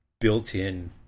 built-in